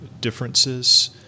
differences